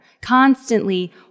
constantly